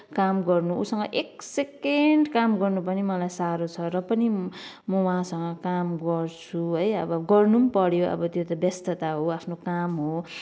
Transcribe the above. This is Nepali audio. काम गर्नु ऊसँग एक सेकेन्ड काम गर्नु पनि मलाई साह्रो छ र पनि म उहाँसँग काम गर्छु है अब गर्नु पनि पऱ्यो अब त्यो त व्यस्तता हो आफ्नो काम हो